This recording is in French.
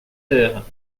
heures